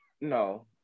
no